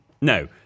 No